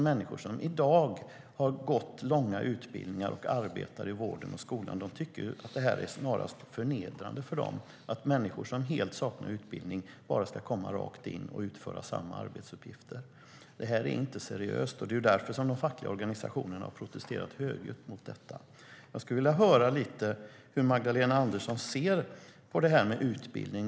Människor som i dag har gått långa utbildningar och arbetar i vården och skolan tycker att det är snarast förnedrande för dem att människor som helt saknar utbildning bara ska komma rakt in och utföra samma arbetsuppgifter. Det här är inte seriöst, och det är därför de fackliga organisationerna har protesterat högljutt mot detta. Jag skulle vilja höra lite hur Magdalena Andersson ser på det här med utbildning.